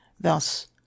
thus